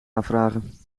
aanvragen